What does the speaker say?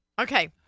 Okay